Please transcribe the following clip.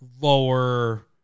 lower